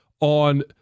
on